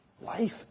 Life